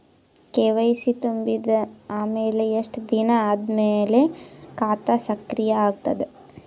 KYC ತುಂಬಿದ ಅಮೆಲ ಎಷ್ಟ ದಿನ ಆದ ಮೇಲ ಖಾತಾ ಸಕ್ರಿಯ ಅಗತದ?